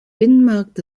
binnenmarkt